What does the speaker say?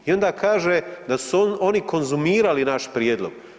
I onda kaže da su oni konzumirali naš prijedlog.